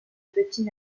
petit